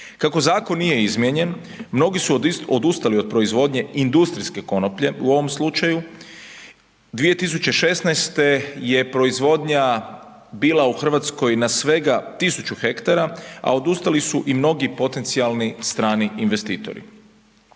Kako zakon nije izmijenjen, mnogi su odustali od proizvodnje industrijske konoplje u ovom slučaju. 2016. je proizvodnja bila u Hrvatskoj na svega 1000 hektara, a odustali su i mnogi potencijalni strani investitori.